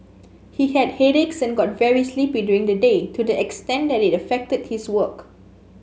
he had headaches and got very sleepy during the day to the extent that it affected his work